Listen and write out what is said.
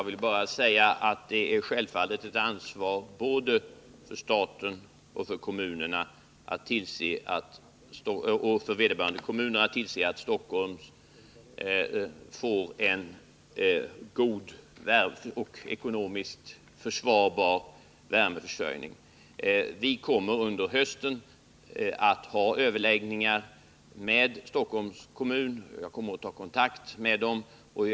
Herr talman! Det är självfallet ett ansvar både för staten och för vederbörande kommun att tillse att Stockholm får en god och ekonomiskt försvarbar värmeförsörjning. Vi kommer under hösten att ha överläggningar med Stockholms kommun. Jag kommer att ta kontakt med kommunen.